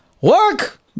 work